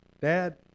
Dad